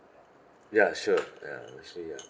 ya sure ya I'm actually ya